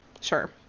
sure